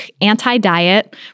Anti-Diet